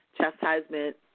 chastisement